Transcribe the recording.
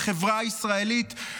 בחברה הישראלית,